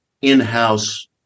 in-house